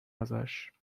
ازش